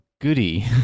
goody